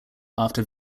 after